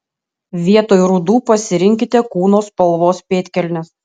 vietoj rudų pasirinkite kūno spalvos pėdkelnes